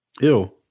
Ew